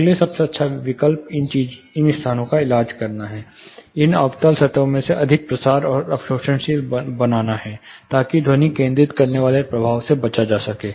अगला सबसे अच्छा विकल्प इन स्थानों का इलाज करना है इन अवतल स्थानों में अधिक प्रसार और अवशोषणशील बनाना है ताकि ध्वनि केंद्रित करने वाले प्रभाव से बचा जा सके